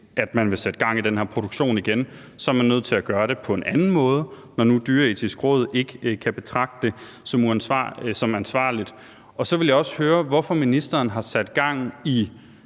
man vil sætte gang i den her produktion igen, så er nødt til at gøre det på en anden måde, når nu ikke Det Dyreetiske Råd kan betragte det som ansvarligt. Så vil jeg også høre, hvorfor ministeren har sat gang i